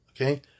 Okay